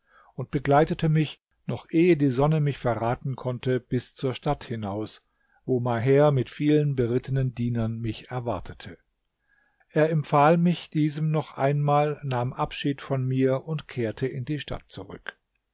und begleitete mich noch ehe die sonne mich verraten konnte bis zur stadt hinaus wo maher mit vielen berittenen dienern mich erwartete er empfahl mich diesem noch einmal nahm abschied von mir und kehrte in die stadt zurück